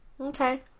Okay